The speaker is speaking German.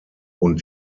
und